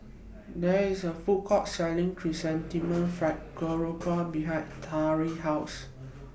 There IS A Food Court Selling Chrysanthemum Fried Grouper behind Tariq's House